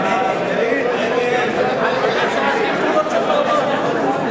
להסיר מסדר-היום את הצעת חוק שכר מינימום (תיקון,